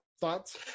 thoughts